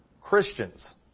Christians